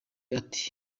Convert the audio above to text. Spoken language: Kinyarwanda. ati